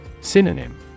Synonym